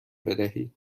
بدهید